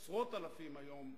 עשרות אלפים היום,